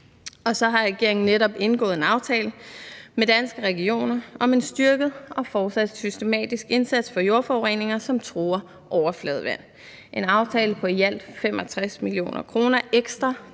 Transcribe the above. Og så har regeringen netop indgået en aftale med Danske Regioner om en styrket og fortsat systematisk indsats mod jordforureninger, som truer overfladevand. Det er en aftale på i alt 65 mio. kr. ekstra